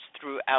throughout